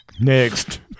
Next